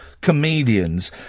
comedians